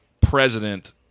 President